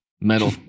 metal